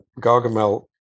Gargamel